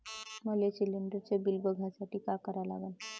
मले शिलिंडरचं बिल बघसाठी का करा लागन?